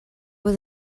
was